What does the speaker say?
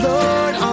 Lord